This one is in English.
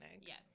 Yes